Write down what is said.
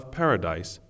paradise